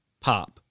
pop